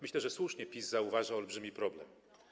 Myślę, że słusznie PiS zauważa olbrzymi problem.